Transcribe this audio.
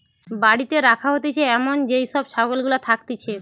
বাড়িতে রাখা হতিছে এমন যেই সব ছাগল গুলা থাকতিছে